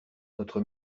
notre